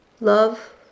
love